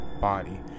body